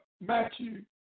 Matthew